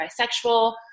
bisexual